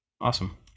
Awesome